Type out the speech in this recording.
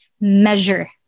measure